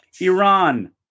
Iran